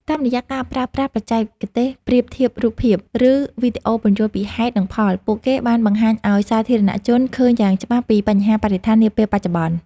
តាមរយៈការប្រើប្រាស់បច្ចេកទេសប្រៀបធៀបរូបភាព ឬវីដេអូពន្យល់ពីហេតុ និងផល ពួកគេបានបង្ហាញឱ្យសាធារណជនឃើញយ៉ាងច្បាស់ពីបញ្ហាបរិស្ថាននាពេលបច្ចុប្បន្ន។